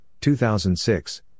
2006